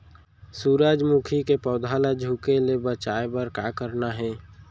सूरजमुखी के पौधा ला झुके ले बचाए बर का करना हे?